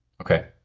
Okay